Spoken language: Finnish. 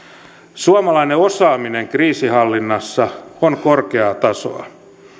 suomalainen osaaminen kriisinhallinnassa on korkeaa tasoa